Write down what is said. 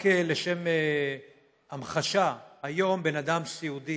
רק לשם המחשה, היום בן אדם סיעודי